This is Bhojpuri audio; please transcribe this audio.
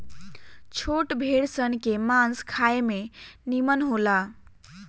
छोट भेड़ सन के मांस खाए में निमन होला